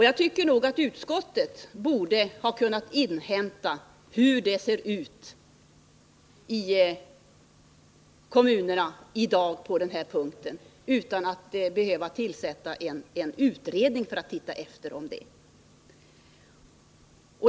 Jag tycker också att utskottet borde ha kunnat inhämta uppgifter om hur det ser ut i kommunerna på det här området utan att behöva tillsätta en utredning som skall ta reda på det.